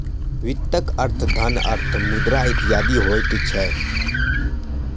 वित्तक अर्थ धन, अर्थ, मुद्रा इत्यादि होइत छै